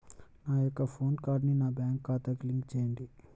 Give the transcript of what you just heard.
నా యొక్క పాన్ కార్డ్ని నా బ్యాంక్ ఖాతాకి లింక్ చెయ్యండి?